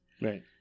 Right